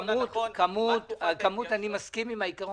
אני מסכים עם העיקרון.